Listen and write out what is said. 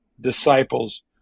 disciples